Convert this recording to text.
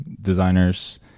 designers